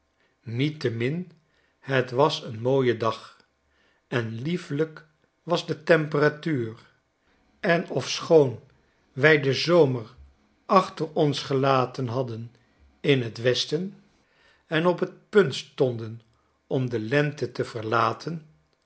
niettemin het was een raooie dag en liefelijk was de temperatuur en ofschoon wij den zomer achter ons gelaten hadden in t westen en op t punt stonden om de lente te verlaten